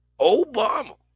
Obama